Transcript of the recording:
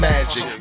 Magic